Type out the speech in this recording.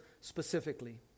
specifically